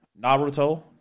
Naruto